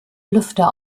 lüfter